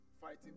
fighting